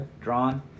drawn